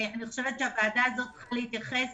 הוועדה הזו צריכה להתייחס,